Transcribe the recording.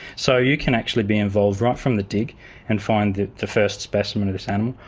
so you can actually be involved right from the dig and find the the first specimen of this animal,